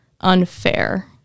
unfair